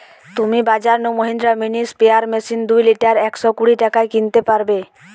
তুমি বাজর নু মহিন্দ্রা মিনি স্প্রেয়ার মেশিন দুই লিটার একশ কুড়ি টাকায় কিনতে পারবে